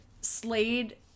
Slade